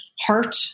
heart